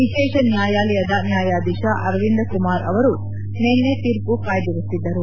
ವಿಶೇಷ ನ್ನಾಯಾಲಯದ ನ್ನಾಯಾಧೀಶ ಅರವಿಂದ್ ಕುಮಾರ್ ಅವರು ನಿನ್ನೆ ತೀರ್ಪು ಕಾಯ್ದಿರಿಸಿದ್ದರು